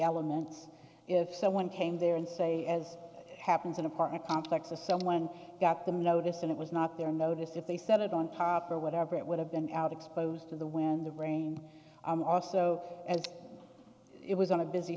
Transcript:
elements if someone came there and say as happens in apartment complexes someone got them noticed and it was not their notice if they set it on or whatever it would have been out exposed to the wind the rain also as it was on a busy